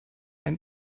ein